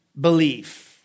belief